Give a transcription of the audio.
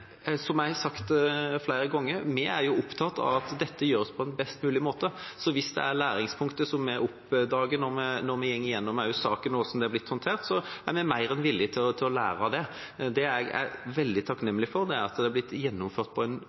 Som jeg har sagt flere ganger, er vi opptatt av at dette gjøres på en best mulig måte, så hvis det er læringspunkter vi oppdager når vi går gjennom saken og hvordan den er blitt håndtert, er vi mer enn villig til å lære av det. Det jeg er veldig takknemlig for, er at det har blitt gjennomført på en